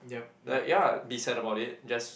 like ya be sad about it just